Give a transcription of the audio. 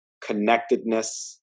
connectedness